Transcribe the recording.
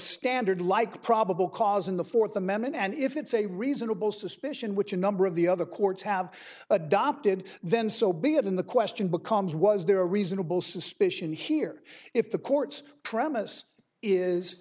standard like probable cause in the fourth amendment and if it's a reasonable suspicion which a number of the other courts have adopted then so be it in the question becomes was there a reasonable suspicion here if the courts premis is